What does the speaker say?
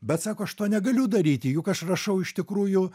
bet sako aš to negaliu daryti juk aš rašau iš tikrųjų